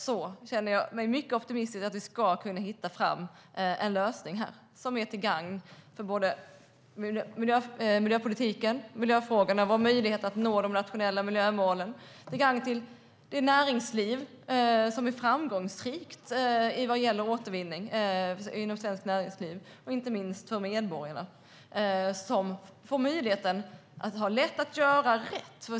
Jag känner mig därför mycket optimistisk till att vi ska kunna hitta en lösning som är till gagn för miljöpolitiken och vår möjlighet att nå de nationella miljömålen, som är till gagn för svenskt näringsliv som är framgångsrikt inom återvinning och som, inte minst, är till gagn för medborgarna som ska få lätt att göra rätt.